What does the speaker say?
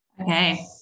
okay